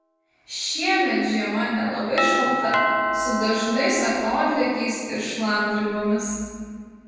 šiemet žiema nelabai šalta su dažnais atodrėkiais ir šlapdribomis